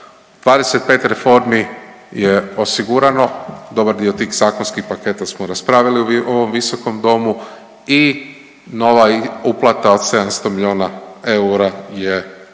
25 reformi je osigurano, dobar dio tih zakonskih paketa smo raspravili u ovom visokom domu i nova uplata od 700 milijuna eura je na